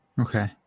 Okay